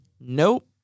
Nope